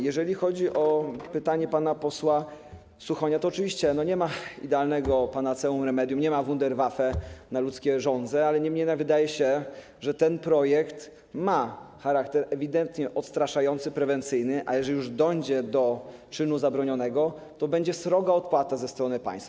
Jeżeli chodzi o pytanie pana posła Suchonia, to oczywiście nie ma idealnego panaceum, remedium, nie ma wunderwaffe na ludzkie żądze, niemniej jednak wydaje się, że ten projekt ma charakter ewidentnie odstraszający, prewencyjny, a jeżeli już dojdzie do czynu zabronionego, to będzie za to sroga odpłata ze strony państwa.